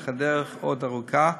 אך הדרך עוד ארוכה,